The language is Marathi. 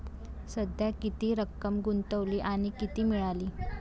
सध्या किती रक्कम गुंतवली आणि किती मिळाली